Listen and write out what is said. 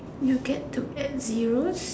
you get to add zeros